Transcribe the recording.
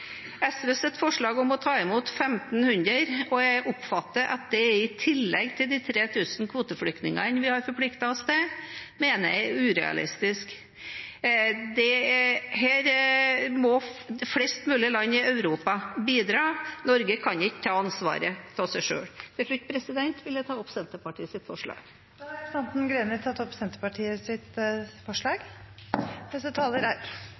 forslag om å ta imot 1 500 – og jeg oppfatter at det er i tillegg til de 3 000 kvoteflyktningene vi har forpliktet oss til – mener jeg er urealistisk. Her må flest mulig land i Europa bidra. Norge kan ikke ta ansvaret selv. Til slutt vil jeg ta opp Senterpartiets forslag. Representanten Heidi Greni har tatt opp det forslaget hun refererte til. Det er